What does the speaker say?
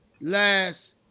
last